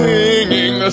Singing